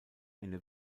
eine